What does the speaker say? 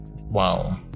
Wow